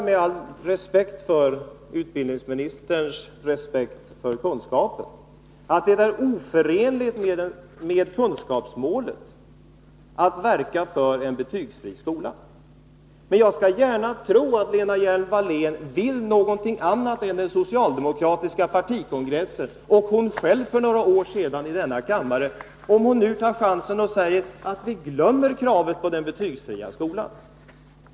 Med all respekt för utbildningsministerns tro på kunskapen, menar jag att det är oförenligt med kunskapsmålet att t. ex verka för en betygsfri skola. Men jag skall gärna tro att Lena Hjelm-Wallén vill någonting annat än den socialdemokratiska partikongressen och vad hon själv uttryckte för några år sedan i denna kammare, om hon nu tar chansen och säger att vi glömmer kravet på den betygsfria skolan.